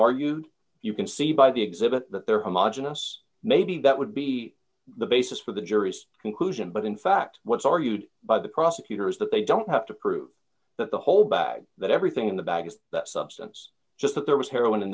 argued you can see by the exhibit that there are marginal us maybe that would be the basis for the jury's conclusion but in fact what's argued by the prosecutor is that they don't have to prove that the whole bag that everything in the bag is that substance just that there was heroin in